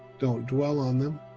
don't dwell on them.